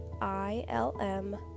ILM